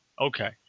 okay